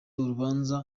urubanza